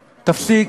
תפסיק.